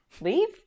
leave